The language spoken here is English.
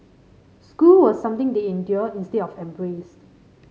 school was something they endured instead of embraced